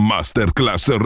Masterclass